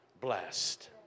blessed